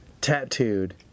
tattooed